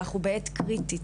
אנחנו בעת קריטית,